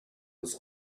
was